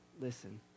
listen